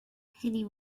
penny